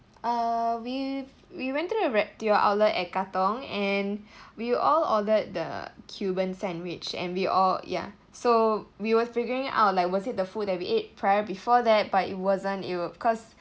uh we we went to the re~ to your outlet at katong and we all ordered the cuban sandwich and we all ya so we were figuring out like was it the food that we ate prior before that but it wasn't it'll cause